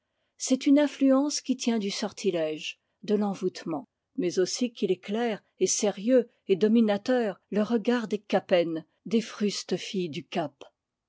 c'est une influence qui tient du sortilège de l'envoûtement mais aussi qu'il est clair et sérieux et dominateur le regard des capenn des frustes filles du cap